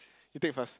you take first